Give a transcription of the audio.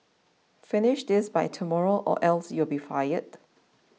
finish this by tomorrow or else you'll be fired